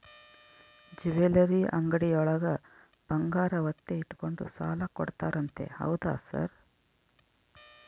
Jewellery ಅಂಗಡಿಯೊಳಗ ಬಂಗಾರ ಒತ್ತೆ ಇಟ್ಕೊಂಡು ಸಾಲ ಕೊಡ್ತಾರಂತೆ ಹೌದಾ ಸರ್?